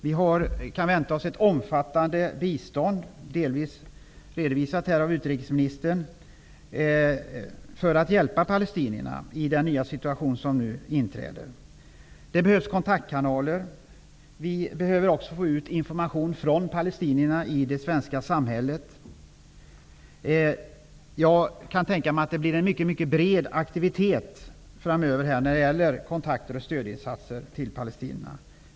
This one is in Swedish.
Vi kan förvänta oss ett omfattande bistånd, delvis redovisat av utrikesministern, för att hjälpa palestinierna i den nya situation som nu inträder. Det behövs kontaktkanaler. Vi behöver också få ut information från palestinierna i det svenska samhället. Jag kan tänka mig att det blir en mycket bred aktivitet framöver när det gäller kontakter med och stödinsatser för palestinierna.